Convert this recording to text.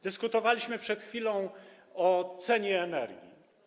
Dyskutowaliśmy przed chwilą o cenie energii.